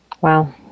Wow